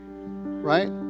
right